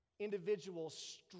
Individuals